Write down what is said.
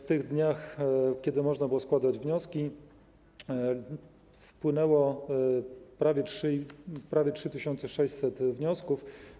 W tych dniach, kiedy można było składać wnioski, wpłynęło łącznie prawie 3600 wniosków.